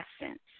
essence